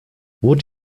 would